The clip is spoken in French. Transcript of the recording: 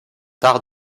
tard